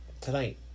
tonight